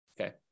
Okay